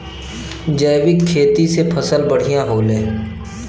जैविक खेती से फसल बढ़िया होले